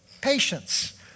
patience